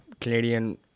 Canadian